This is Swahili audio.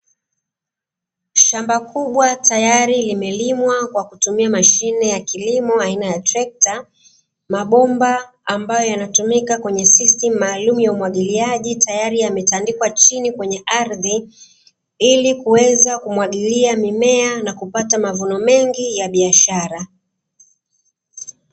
Shamba kubwa tayari limelimwa kwa kutumia mashine ya kilimo aina ya trekta. Mabomba ambayo yanatumika kwenye system maalumu ya umwagiliaji tayari yametandikwa chini kwenye ardhi ili kuweza kumwagilia mimea na kupata mavuno mengi ya biashara.